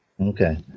Okay